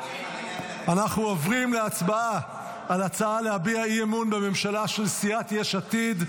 אנחנו עוברים להצבעה על ההצעה להביע אי-אמון בממשלה של סיעת יש עתיד.